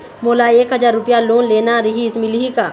मोला एक हजार रुपया लोन लेना रीहिस, मिलही का?